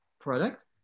product